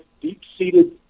deep-seated